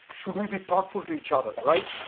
should we be thoughtful to each other right?